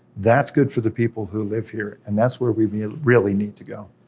that's good for the people who live here, and that's where we we ah really need to go.